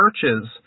churches